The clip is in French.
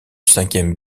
cinquième